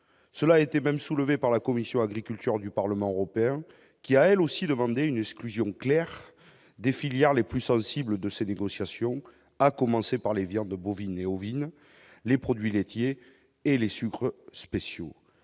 cela a été même soulevé par la commission agriculture du parlement européen qui a elle aussi demandé une exclusion claire des filières les plus sensibles de ces négociations, à commencer par les viandes bovines et ovines, les produits laitiers et les sucres spéciaux